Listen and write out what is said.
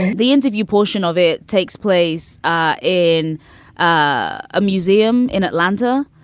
the interview portion of it takes place ah in a museum in atlanta.